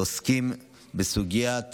שעוסקים בסוגיית